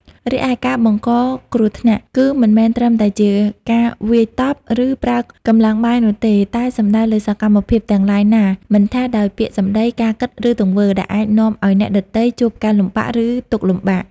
រីឯការបង្កគ្រោះថ្នាក់ គឺមិនមែនត្រឹមតែការវាយតប់ ឬប្រើកម្លាំងបាយនោះទេ តែសំដៅលើសកម្មភាពទាំងឡាយណាមិនថាដោយពាក្យសម្ដី ការគិត ឬទង្វើ ដែលអាចនាំឲ្យអ្នកដទៃជួបការលំបាក ឬទុក្ខលំបាក។